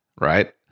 right